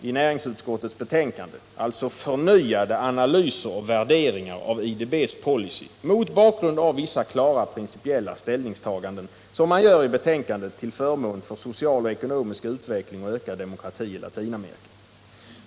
I näringsutskottets betänkande utlovas förnyade analyser och värderingar av IDB:s policy mot bakgrund av vissa klara principiella ställningstaganden som man i betänkandet gör till förmån för social och ekonomisk utveckling samt ökad demokrati i Latinamerika.